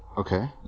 Okay